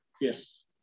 Yes